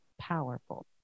powerful